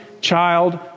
child